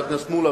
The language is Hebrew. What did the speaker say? חבר הכנסת מולה,